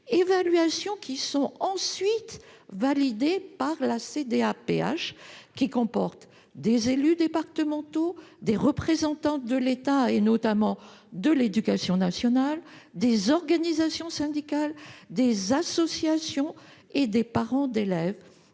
évaluations sont ensuite validées par la CDAPH, qui comporte des élus départementaux, des représentants de l'État, notamment de l'Éducation nationale, des organisations syndicales, des associations, des parents d'élèves,